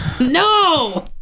No